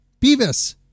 Beavis